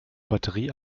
batterie